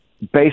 based